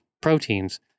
proteins